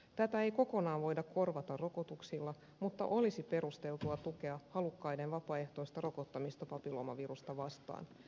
tätä ei kokonaan voida korvata rokotuksilla mutta olisi perusteltua tukea halukkaiden vapaaehtoista rokottamista papilloomavirusta vastaan